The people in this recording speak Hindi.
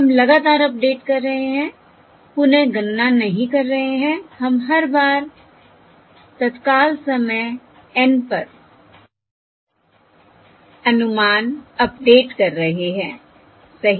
हम लगातार अपडेट कर रहे हैं पुन गणना नहीं कर रहे हैं हम हर बार तत्काल समय N पर अनुमान अपडेट कर रहे हैं सही